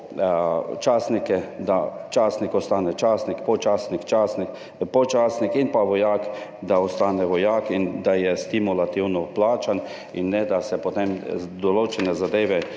častnike, da častnik ostane častnik, podčastnik podčastnik in da vojak ostane vojak in da je stimulativno plačan, da se potem določene zadeve